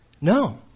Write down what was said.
No